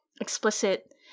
explicit